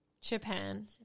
Japan